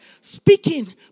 speaking